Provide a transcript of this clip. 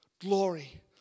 glory